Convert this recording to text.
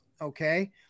okay